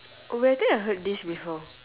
oh I think I heard this before